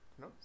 no